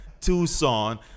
Tucson